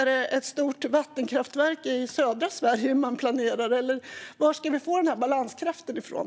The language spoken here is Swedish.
Är det ett stort vattenkraftverk i södra Sverige man planerar, eller var ska vi få den här balanskraften från?